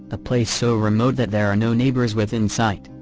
a place so remote that there are no neighbors within sight.